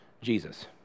Jesus